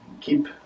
keep